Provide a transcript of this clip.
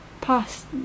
past